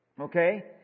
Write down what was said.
Okay